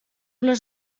les